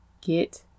get